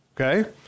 Okay